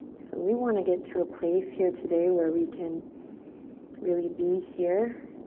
so we want to get to a place here today where we can really be here